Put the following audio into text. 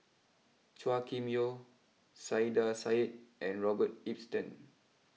Chua Kim Yeow Saiedah Said and Robert Ibbetson